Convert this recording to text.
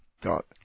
Dot